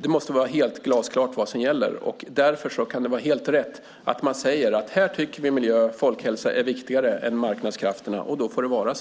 det måste vara glasklart vad som gäller. Det kan därför vara helt rätt att säga att man här tycker att miljön och folkhälsan är viktigare än marknadskrafterna - och då får det vara så.